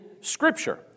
Scripture